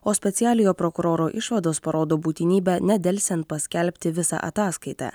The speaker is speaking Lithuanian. o specialiojo prokuroro išvados parodo būtinybę nedelsiant paskelbti visą ataskaitą